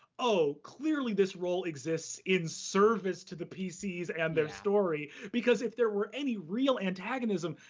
oh, clearly this role exists in service to the pcs and their story because if there were any real antagonism,